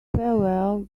farewell